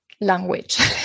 language